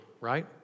right